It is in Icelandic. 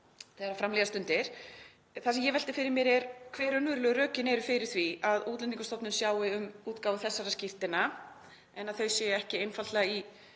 þegar fram líða stundir. Það sem ég velti fyrir mér er hver raunverulegu rökin eru fyrir því að Útlendingastofnun sjái um útgáfu þessara skírteina en að þau séu ekki einfaldlega í